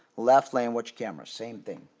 left lane watch cameras same thing.